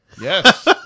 Yes